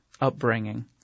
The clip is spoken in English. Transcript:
upbringing